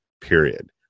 period